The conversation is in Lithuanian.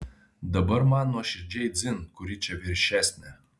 dabar man nuoširdžiai dzin kuri čia viršesnė